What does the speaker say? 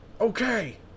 Okay